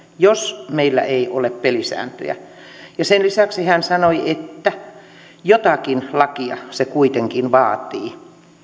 jos meillä ei ole pelisääntöjä ja sen lisäksi hän sanoi että jotakin lakia se kuitenkin vaatii